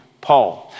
Paul